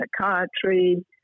psychiatry